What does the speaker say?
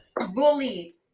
Bully